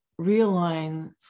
realigns